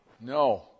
No